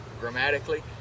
grammatically